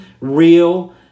real